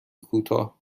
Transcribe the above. کوتاه